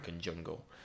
jungle